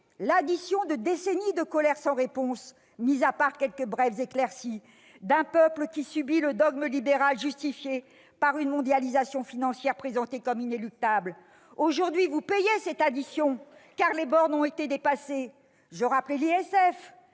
l'addition de décennies de colère sans réponse, mises à part quelques brèves éclaircies, d'un peuple qui subit le dogme libéral, justifié par une mondialisation financière présentée comme inéluctable. Aujourd'hui, vous payez cette addition, car les bornes ont été dépassées. Je rappelais la